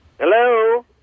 Hello